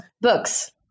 books